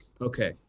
okay